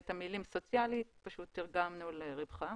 את המילה "סוציאלי" פשוט תרגמנו ל"רווחה".